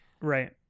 right